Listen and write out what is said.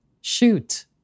shoot